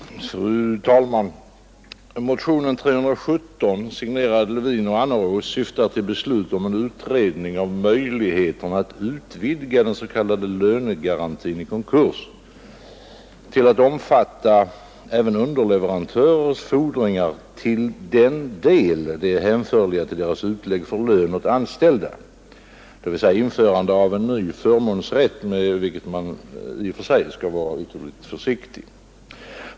Fru talman! Motionen 317, signerad av mig och herr Annerås, syftar till beslut om en utredning av möjligheterna att utvidga den s.k. lönegarantin vid konkurs till att omfatta även underleverantörers fordringar till den del de är hänförliga till utlägg för lön åt anställda, dvs. införande av en ny förmånsrätt, något som man i och för sig skall varå mycket försiktig med.